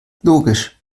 logisch